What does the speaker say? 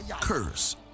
Curse